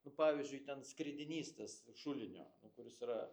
nu pavyzdžiui ten skridinys tas šulinio kuris yra